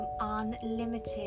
unlimited